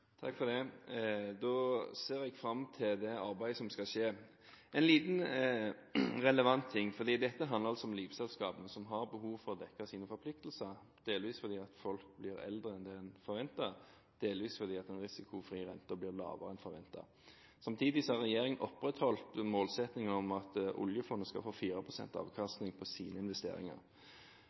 Takk for det – jeg ser fram til det arbeidet som skal skje. En liten relevant ting: Dette handler om livselskapene, som har behov for å dekke sine forpliktelser, delvis fordi folk blir eldre enn det en forventet, delvis fordi den risikofrie renten blir lavere enn forventet. Samtidig har regjeringen opprettholdt målsetningen om at oljefondet skal få 4 pst. avkastning på sine investeringer.